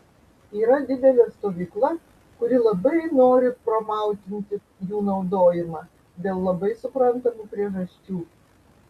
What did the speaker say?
yra didelė stovykla kuri labai nori promautinti jų naudojimą dėl labai suprantamų priežasčių